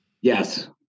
Yes